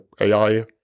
AI